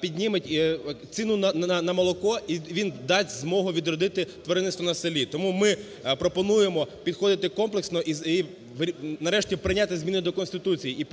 підніміть і ціну на молоко і він дасть змогу відродити тваринництво на селі. Тому ми пропонуємо підходити комплексно і нарешті прийняти зміни до Конституції,